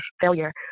failure